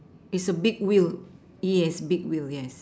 it's a big wheel yes big wheel yes